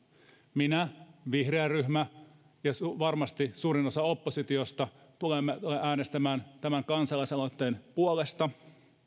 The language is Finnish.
minä vihreä ryhmä ja varmasti suurin osa oppositiosta tulemme äänestämään tämän kansalaisaloitteen puolesta